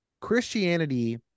Christianity